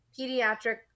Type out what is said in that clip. pediatric